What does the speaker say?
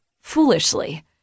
Foolishly